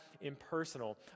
impersonal